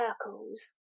circles